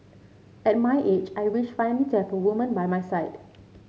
at my age I wish finally to have a woman by my side